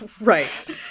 Right